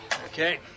Okay